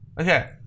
Okay